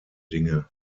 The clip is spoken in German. dinge